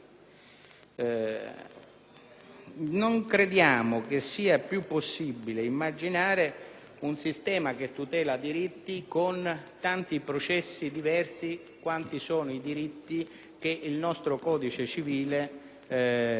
Non crediamo che sia più possibile immaginare un sistema che tutela i diritti con tanti processi diversi quanti sono i diritti che il nostro codice civile riconosce e garantisce.